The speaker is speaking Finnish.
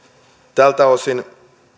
tältä osin